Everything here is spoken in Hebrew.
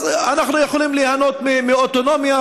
אז אנחנו יכולים ליהנות מאוטונומיה,